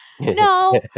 No